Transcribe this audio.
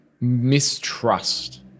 mistrust